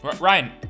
Ryan